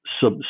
sub